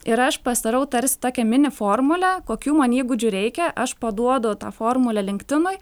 ir aš pasidarau tarsi tokią mini formulę kokių man įgūdžių reikia aš paduodu tą formulę linktdinui